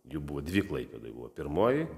jų buvo dvi klaipėdoj buvo pirmoji